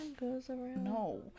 No